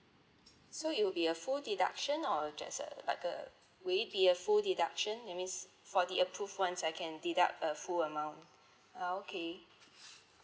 so it will be a full deduction or just a like a will it be a full deduction that means for the approved ones I can deduct a full amount ah okay